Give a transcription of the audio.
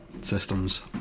systems